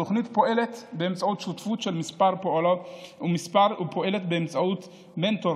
התוכנית פועלת באמצעות שותפות של כמה גופים ופועלת באמצעות מנטור